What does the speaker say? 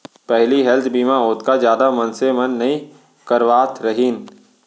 पहिली हेल्थ बीमा ओतका जादा मनसे मन नइ करवात रहिन